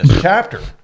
chapter